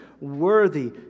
worthy